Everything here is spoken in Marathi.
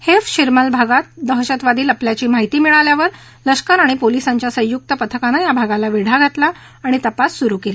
हेफ शिरमल भागात दहशतवादी लपल्याची माहिती मिळाल्यानंतर लष्कर आणि पोलिसांच्या संयुक्त पथकानं या भागाला वेढा घातला आणि तपास सुरु केला